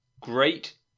great